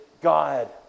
God